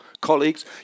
colleagues